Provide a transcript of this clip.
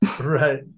right